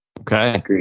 Okay